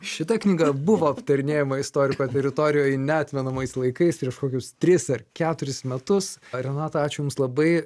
šita knyga buvo aptarinėjama istoriko teritorijoj neatmenamais laikais prieš kokius tris ar keturis metus renata ačiū jums labai